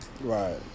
Right